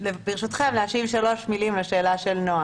ברשותכם, להשלים שלוש מילים לשאלה של נעה.